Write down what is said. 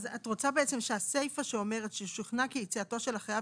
את רוצה בעצם שהסיפה שאומרת ש"שוכנע כי יציאתו של החייב